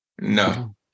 No